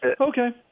Okay